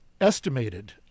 estimated